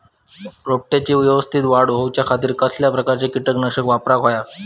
रोपट्याची यवस्तित वाढ जाऊच्या खातीर कसल्या प्रकारचा किटकनाशक वापराक होया?